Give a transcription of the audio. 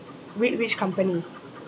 whi~ which company